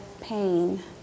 pain